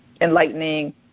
enlightening